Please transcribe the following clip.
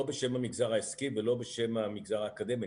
לא בשם המגזר העסקי ולא בשם המגזר האקדמי,